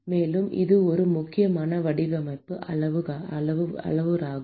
மேலும் இது ஒரு முக்கியமான வடிவமைப்பு அளவுருவாகும்